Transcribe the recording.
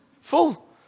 Full